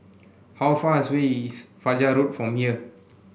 how far as way is Fajar Road from here